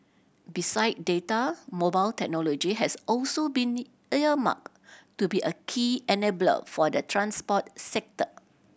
beside data mobile technology has also been earmarked to be a key enabler for the transport sector